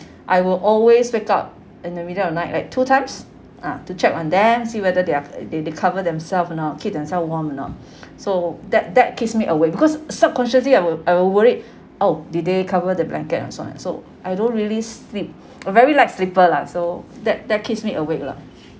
I will always wake up in the middle of night like two times ah to check on them see whether they're they they cover themselves or not keep themselves warm or not so that that keeps me awake because subconsciously I will I will worried oh did they cover the blanket and so and so I don't really sleep a very light sleeper lah so that that keeps me awake lah